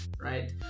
right